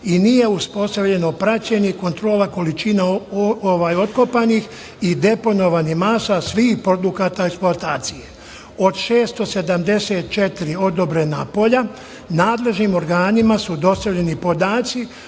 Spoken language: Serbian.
i nije uspostavljeno praćenje i kontrola količine otkopanih i deponovanih masa svih produkata eksploatacije. Od 674 odobrena polja, nadležnim organima su dostavljeni podaci